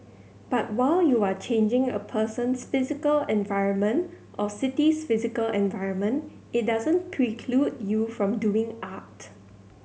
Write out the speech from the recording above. but while you are changing a person's physical environment or city's physical environment it doesn't preclude you from doing art